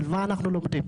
בשביל מה אנחנו לומדים.